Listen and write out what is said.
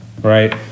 right